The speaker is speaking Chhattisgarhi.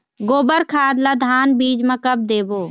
गोबर खाद ला धान बीज म कब देबो?